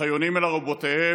"וכיונים אל ארובותיהם"